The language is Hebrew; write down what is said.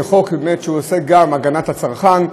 כחוק שעוסק גם בהגנת הצרכן,